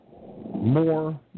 more